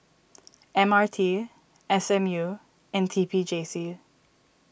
M R T S M U and T P J C